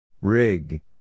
Rig